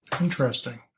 Interesting